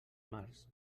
març